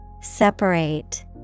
Separate